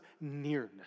nearness